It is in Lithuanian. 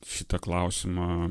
šitą klausimą